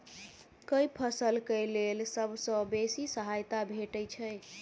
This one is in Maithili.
केँ फसल केँ लेल सबसँ बेसी सहायता भेटय छै?